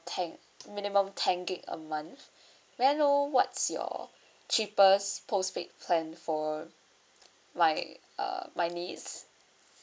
ten minimum ten gig a month may I know what's your cheapest postpaid plan for my uh my needs